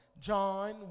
John